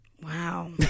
Wow